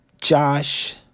Josh